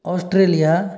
Australia